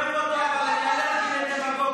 אני אוהב אותו אבל אני אלרגי לדמגוגים.